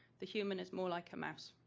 the human is more like a mouse.